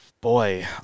Boy